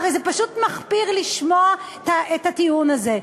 הרי זה פשט מחפיר לשמוע את הטיעון הזה.